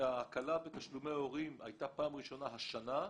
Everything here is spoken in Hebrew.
ההקלה בתשלומי ההורים הייתה פעם ראשונה השנה,